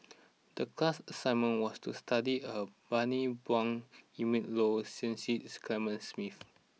the class assignment was to study Bani Buang Willin Low and Cecil Clementi Smith